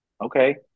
Okay